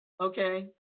Okay